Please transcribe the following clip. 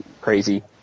crazy